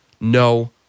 no